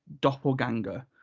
doppelganger